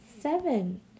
seven